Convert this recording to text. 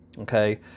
okay